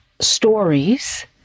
stories